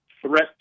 threat